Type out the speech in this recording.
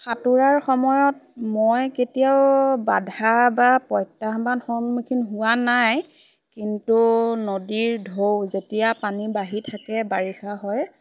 সাঁতোৰাৰ সময়ত মই কেতিয়াও বাধা বা প্ৰত্যাহ্বান সন্মুখীন হোৱা নাই কিন্তু নদীৰ ঢৌ যেতিয়া পানী বাঢ়ি থাকে বাৰিষা হয়